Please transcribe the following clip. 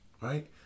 Right